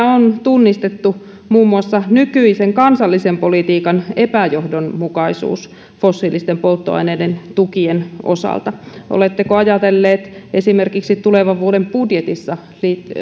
on tunnistettu muun muassa nykyisen kansallisen politiikan epäjohdonmukaisuus fossiilisten polttoaineiden tukien osalta oletteko ajatellut esimerkiksi tulevan vuoden budjetissa